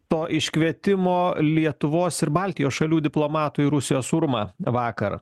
to iškvietimo lietuvos ir baltijos šalių diplomatų į rusijos urmą vakar